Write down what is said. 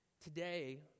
Today